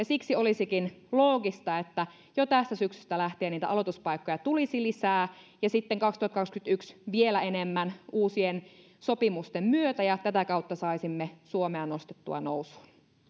siksi olisikin loogista että jo tästä syksystä lähtien aloituspaikkoja tulisi lisää ja sitten kaksituhattakaksikymmentäyksi vielä enemmän uusien sopimusten myötä ja tätä kautta saisimme suomea nostettua nousuun